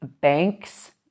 banks